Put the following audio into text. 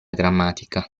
grammatica